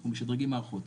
אנחנו משדרגים מערכות,